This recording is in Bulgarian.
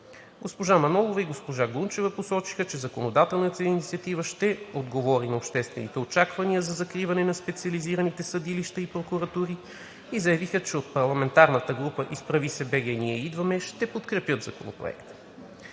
Госпожа Манолова и госпожа Гунчева посочиха, че законодателната инициатива ще отговори на обществените очаквания за закриването на специализираните съдилища и прокуратури и заявиха, че от парламентарна група на „Изправи се БГ! Ние идваме!“ ще подкрепят Законопроекта.